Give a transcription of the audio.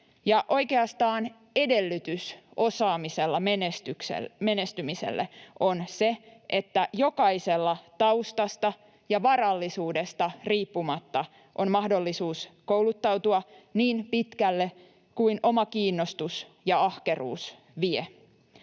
oikeastaan edellytys osaamisella menestymiselle on se, että jokaisella taustasta ja varallisuudesta riippumatta on mahdollisuus kouluttautua niin pitkälle kuin oma kiinnostus ja ahkeruus vievät.